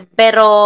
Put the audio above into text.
pero